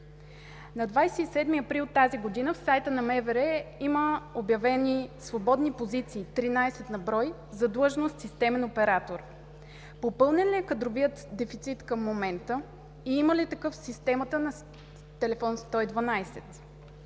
На 27 април тази година в сайта на МВР има обявени свободни позиции – 13 на брой за длъжност „системен оператор“. Попълнен ли е кадровият дефицит към момента и има ли такъв в системата на Телефон 112?